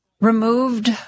removed